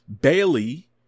Bailey